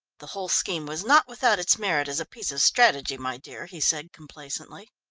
the whole scheme was not without its merit as a piece of strategy, my dear, he said complacently.